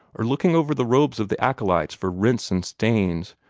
or looking over the robes of the acolytes for rents and stains,